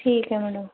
ਠੀਕ ਹੈ ਮੈਡਮ